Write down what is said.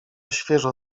świeżo